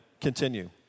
continue